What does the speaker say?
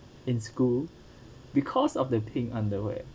in school because of the pink underwear